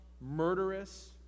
murderous